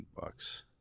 bucks